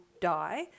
die